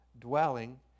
dwelling